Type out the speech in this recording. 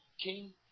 King